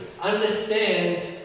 understand